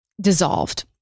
dissolved